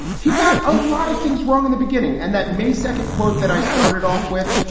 he got a lot of things wrong in the beginning. and that may second quote that i started off with.